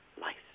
life